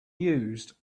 used